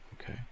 okay